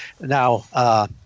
Now